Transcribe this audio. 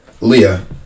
Leah